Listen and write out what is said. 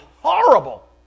horrible